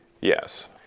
Yes